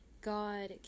God